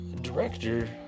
Director